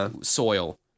soil